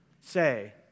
Say